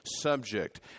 subject